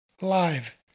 live